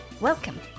Welcome